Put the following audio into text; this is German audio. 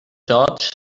george’s